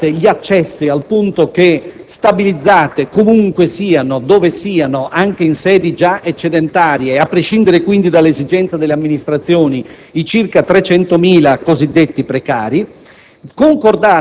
Concordate gli accessi, al punto che stabilizzate, comunque e dovunque siano, anche in sedi già eccedentarie, a prescindere quindi dall'esigenza delle amministrazioni, i circa 300.000 cosiddetti precari.